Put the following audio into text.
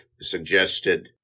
suggested